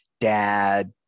dad